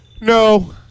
No